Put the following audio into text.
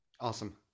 Awesome